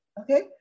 okay